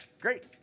Great